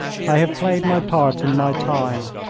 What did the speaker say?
i have played my part in my time.